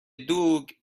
دوگ